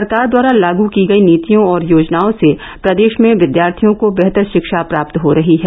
सरकार द्वारा लागू की गयी नीतियों और योजनाओं से प्रदेश में विद्यार्थियों को बेहतर शिक्षा प्राप्त हो रही है